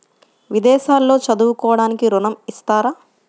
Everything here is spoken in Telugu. విదేశాల్లో చదువుకోవడానికి ఋణం ఇస్తారా?